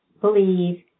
believe